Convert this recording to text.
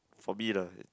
for me lah it